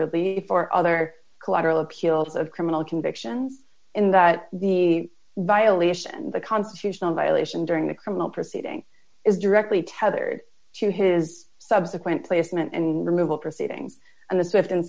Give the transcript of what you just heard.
relief or other collateral appeals of criminal convictions in that the violation the constitutional violation during the criminal proceeding is directly tethered to his subsequent placement and removal proceedings and the swift